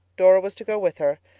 dora was to go with her,